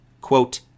Quote